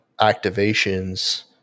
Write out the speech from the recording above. activations